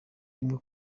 rimwe